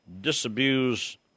disabuse